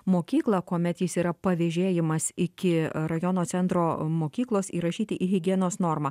mokyklą kuomet jis yra pavėžėjimas iki rajono centro mokyklos įrašyti į higienos normą